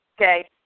Okay